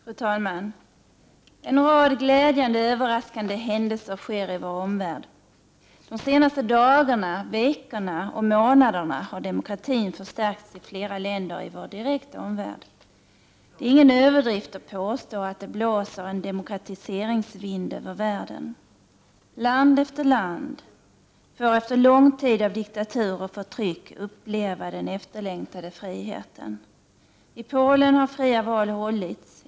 Fru talman! En rad glädjande och överraskande händelser sker i vår värld. De senaste dagarna, veckorna och månaderna har demokratin förstärkts i flera länder i vår direkta omvärld. Det är ingen överdrift att påstå att det blåser en demokratiseringsvind över världen. Land efter land får efter lång tid av diktatur och förtryck uppleva den efterlängtade friheten. I Polen har fria val hållits.